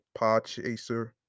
Podchaser